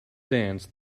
dance